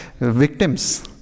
victims